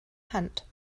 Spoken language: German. hand